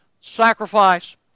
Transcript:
sacrifice